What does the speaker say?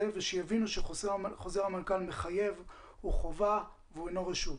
ושיבינו שחוזר המנכ"ל מחייב הוא חובה והוא אינו רשות.